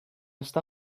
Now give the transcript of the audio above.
està